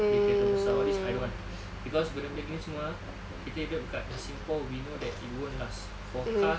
beli kereta besar all these I don't want cause benda-benda gini semua kita hidup dekat singapore we know that it won't last for cars